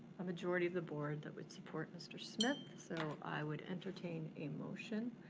a majority of the board that would support mr. smith, so i would entertain a motion.